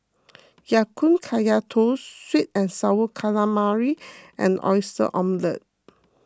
Ya Kun Kaya Toast Sweet and Sour Calamari and Oyster Omelette